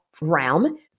realm